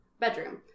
bedroom